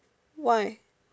why